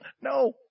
No